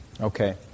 Okay